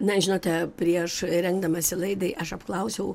na žinote prieš rengdamasi laidai aš apklausiau